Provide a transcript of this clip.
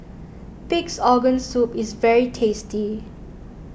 Pig's Organ Soup is very tasty